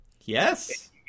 Yes